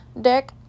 deck